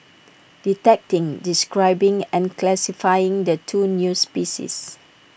detecting describing and classifying the two new species